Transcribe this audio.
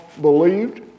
believed